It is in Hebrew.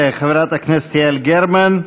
תודה לחברת הכנסת יעל גרמן.